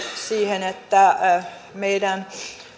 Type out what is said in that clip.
siihen että meidän